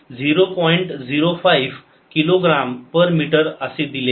05 kilogram per metre असे दिले आहे